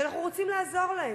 ואנחנו רוצים לעזור להם.